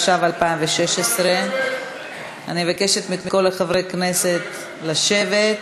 התשע"ו 2016. אני מבקשת מכל חברי הכנסת לשבת,